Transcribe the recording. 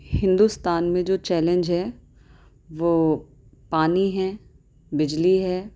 ہندوستان میں جو چیلنج ہے وہ پانی ہیں بجلی ہے